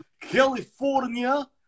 California